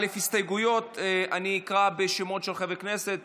א' להסתייגויות אני אקרא בשמות של חברי הכנסת